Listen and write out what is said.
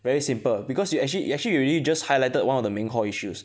very simple because you actually you actually you already just highlighted one of the main core issues